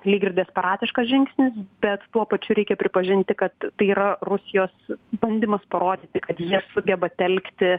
lyg ir desperatiškas žingsnis bet tuo pačiu reikia pripažinti kad tai yra rusijos bandymas parodyti kad jie sugeba telkti